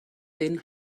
den